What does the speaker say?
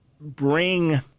bring